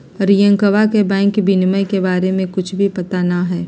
रियंकवा के बैंक विनियमन के बारे में कुछ भी पता ना हई